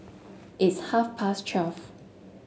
its half past twelve